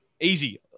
Easy